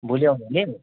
भोलि आउने हुने